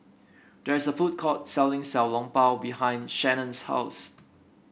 there is a food court selling Xiao Long Bao behind Shannen's house